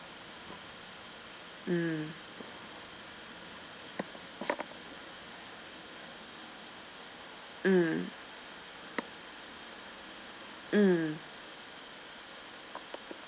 mm mm mm